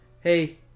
hey